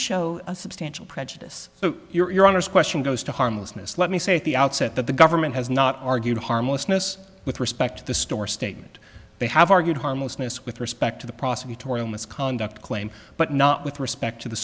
show a substantial prejudice so you're honest question goes to harmlessness let me say at the outset that the government has not argued harmlessness with respect to the store statement they have argued harmlessness with respect to the prosecutorial misconduct claim but not with respect to the